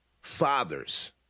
Fathers